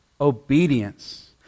obedience